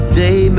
day